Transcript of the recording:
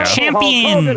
champion